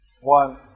one